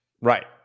Right